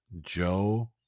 joe